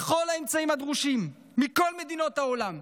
בכל האמצעים הדרושים, מכל מדינות העולם.